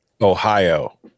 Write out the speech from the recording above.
Ohio